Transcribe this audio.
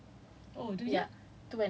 uh two hours only